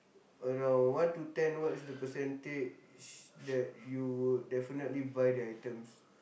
on uh one to ten what is the percentage that you would definitely buy their items